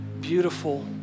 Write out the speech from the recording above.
beautiful